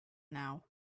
now